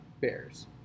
Bears